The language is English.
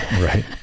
right